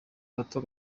gato